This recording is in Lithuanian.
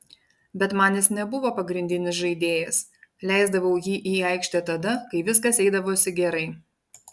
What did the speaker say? bet man jis nebuvo pagrindinis žaidėjas leisdavau jį į aikštę tada kai viskas eidavosi gerai